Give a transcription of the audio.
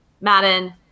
Madden